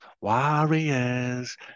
Warriors